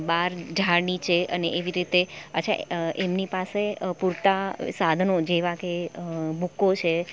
બહાર ઝાડ નીચે અને એવી રીતે અચ્છા એમની પાસે પૂરતાં સાધનો જેવાં કે બૂકો છે